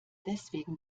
deswegen